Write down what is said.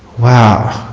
wow!